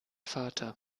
vater